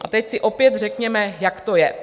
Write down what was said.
A teď si opět, řekněme, jak to je.